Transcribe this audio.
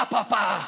פה-פה-פה,